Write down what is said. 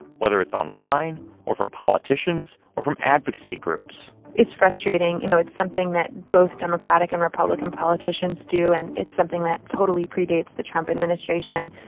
whether it's online or from politicians or from advocacy groups it's frustrating, you know. it's something that both democratic and republican politicians do. and it's something that totally predates the trump administration,